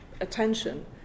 attention